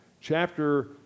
Chapter